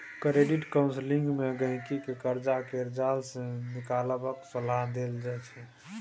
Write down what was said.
credit counselling मे गहिंकी केँ करजा केर जाल सँ निकलबाक सलाह देल जाइ छै